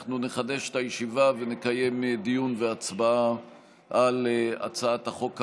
אנחנו נחדש את הישיבה ונקיים דיון והצבעה על הצעת החוק,